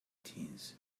teens